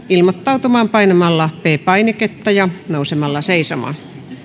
ilmoittautumaan painamalla p painiketta ja nousemalla seisomaan